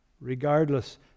regardless